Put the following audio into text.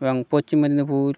এবং পশ্চিম মেদিনীপুর